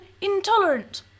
intolerant